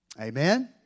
Amen